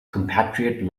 compatriot